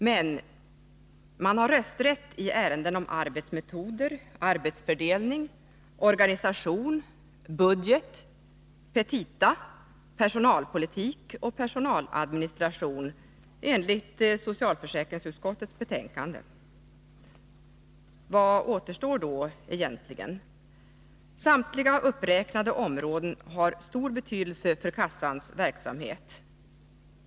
Men man har rösträtt i ärenden om arbetsmetoder, arbetsfördelning, organisation, budget, petita, personalpolitik och personaladministration, enligt socialförsäkringsutskottets betänkande. Vad återstår då egentligen? Samtliga uppräknade områden har stor betydelse för kassans verksamhet.